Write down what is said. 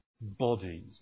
bodies